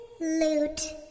loot